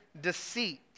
deceit